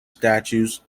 statutes